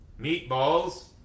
Meatballs